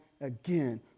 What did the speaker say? again